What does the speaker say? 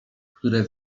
które